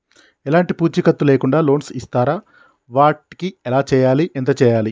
ఎలాంటి పూచీకత్తు లేకుండా లోన్స్ ఇస్తారా వాటికి ఎలా చేయాలి ఎంత చేయాలి?